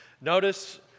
notice